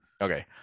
okay